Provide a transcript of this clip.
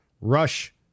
Rush